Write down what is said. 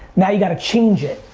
now you gotta change it.